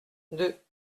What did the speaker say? deux